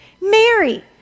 Mary